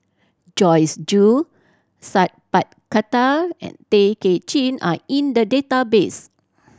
Joyce Jue Sat Pal Khattar and Tay Kay Chin are in the database